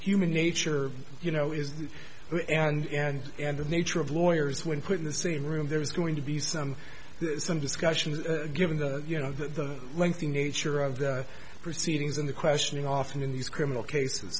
human nature you know is that and and and the nature of lawyers when put in the same room there is going to be some some discussions given that you know that the lengthy nature of the proceedings in the questioning often in these criminal cases